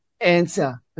answer